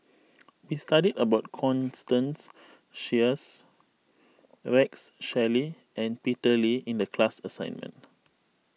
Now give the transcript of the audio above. we studied about Constance Sheares Rex Shelley and Peter Lee in the class assignment